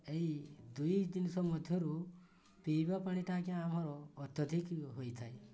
ଏଇ ଦୁଇ ଜିନିଷ ମଧ୍ୟରୁ ପିଇବା ପାଣିଟା ଆଜ୍ଞା ଆମର ଅତ୍ୟଧିକ ହୋଇଥାଏ